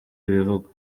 ibivugwa